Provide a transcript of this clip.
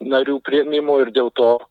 narių priėmimo ir dėl to